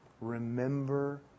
Remember